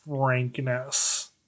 frankness